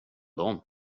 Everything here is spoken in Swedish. dem